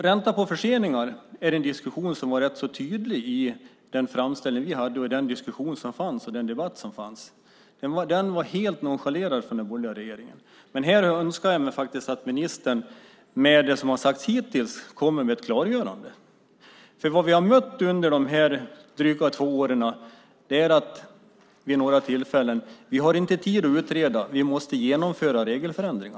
Ränta på försenade pengar har diskuterats i vår framställning och i diskussionen och debatten. Den frågan har helt nonchalerats av den borgerliga regeringen. Här önskar jag mig att ministern, med det som har sagts hittills, kommer med ett klargörande. Under dessa dryga två år har vi fått veta att det inte finns tid att utreda men att regelförändringar måste genomföras.